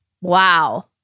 Wow